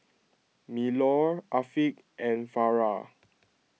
Melur Afiq and Farah